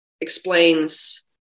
explains